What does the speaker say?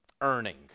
earning